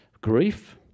Grief